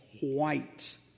white